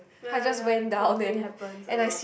ya ya ya that kind of thing happens a lot